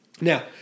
Now